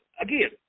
again